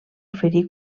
oferí